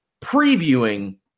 previewing